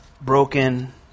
broken